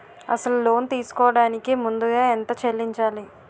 అసలు లోన్ తీసుకోడానికి ముందుగా ఎంత చెల్లించాలి?